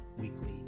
Weekly